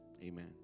Amen